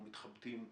מבקר המדינה,